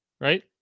Right